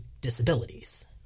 disabilities